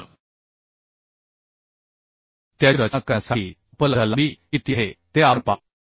तर त्याची रचना करण्यासाठी उपलब्ध लांबी किती आहे ते आपण पाहू